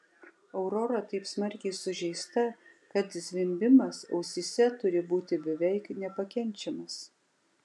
aurora taip smarkiai sužeista kad zvimbimas ausyse turi būti beveik nepakenčiamas